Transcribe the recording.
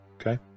Okay